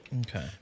Okay